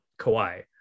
Kawhi